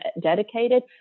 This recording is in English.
dedicated